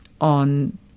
on